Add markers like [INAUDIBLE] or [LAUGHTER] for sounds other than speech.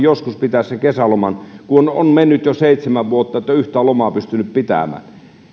[UNINTELLIGIBLE] joskus pitää sen kesäloman kun on mennyt jo seitsemän vuotta niin että yhtään lomaa ei ole pystynyt pitämään